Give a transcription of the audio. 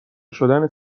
شدن